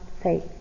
say